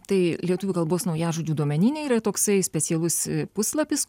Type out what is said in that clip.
tai lietuvių kalbos naujažodžių duomenyne yra toksai specialus puslapis